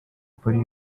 polly